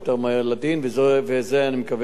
ואני מקווה שזה יבוצע.